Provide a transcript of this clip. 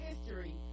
history